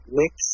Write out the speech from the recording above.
mix